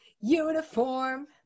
uniform